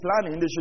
planning